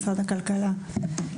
משרד הכלכלה.